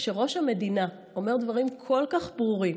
כשראש המדינה אומר דברים כל כך ברורים,